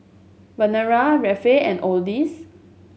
Verena Rafe and Odis